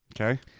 Okay